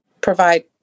provide